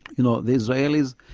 you know the israelis,